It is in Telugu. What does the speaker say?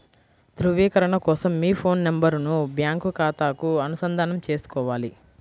ధ్రువీకరణ కోసం మీ ఫోన్ నెంబరును బ్యాంకు ఖాతాకు అనుసంధానం చేసుకోవాలి